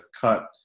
cut